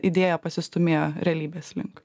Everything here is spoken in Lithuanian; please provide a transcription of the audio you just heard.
idėja pasistūmėjo realybės link